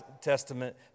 Testament